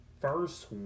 first